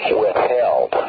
withheld